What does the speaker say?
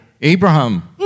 Abraham